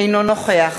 אינו נוכח